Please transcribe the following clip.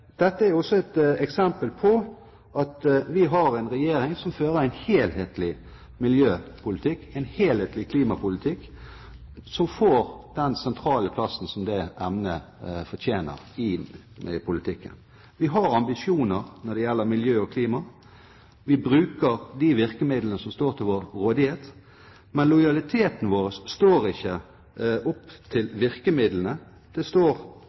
Dette er også et eksempel på at vi har en regjering som fører en helhetlig miljøpolitikk og en helhetlig klimapolitikk, slik at dette emnet får den sentrale plassen i politikken som det fortjener. Vi har ambisjoner når det gjelder miljø og klima. Vi bruker de virkemidlene som står til vår rådighet, men lojaliteten vår står ikke opp